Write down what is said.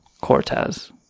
Cortez